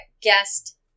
guest